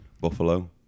Buffalo